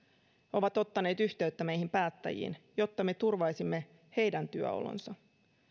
ovat ottaneet yhteyttä meihin päättäjiin jotta me turvaisimme heidän työolonsa